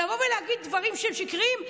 לבוא ולהגיד דברים שהם שקריים,